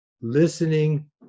listening